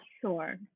Sure